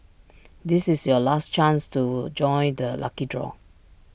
this is your last chance to join the lucky draw